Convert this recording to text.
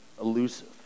elusive